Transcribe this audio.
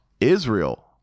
Israel